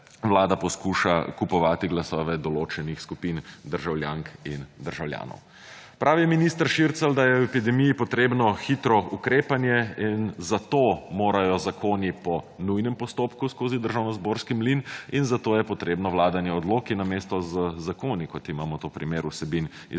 vlada poskuša kupovati glasove določenih skupin državljank in državljanov. Pravi minister Šircelj, da je v epidemiji potrebno hitro ukrepanje. In zato morajo zakoni po nujnem postopku skozi državnozborski mlin in zato je potrebno vladanje z odloki namesto z zakoni, kot imamo to primer vsebin